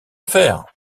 affaire